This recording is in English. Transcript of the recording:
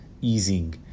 easing